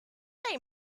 they